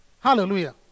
Hallelujah